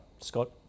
Scott